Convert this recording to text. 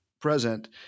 present